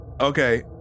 Okay